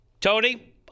Tony